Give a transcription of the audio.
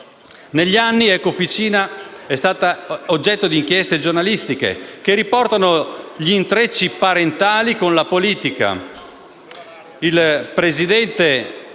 Negli anni Ecofficina è stata oggetto di inchieste giornalistiche che riportano gli intrecci parentali con la politica.